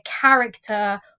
character